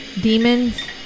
demons